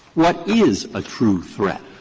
what is a true threat?